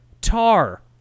Tar